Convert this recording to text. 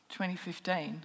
2015